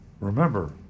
remember